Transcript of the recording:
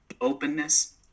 openness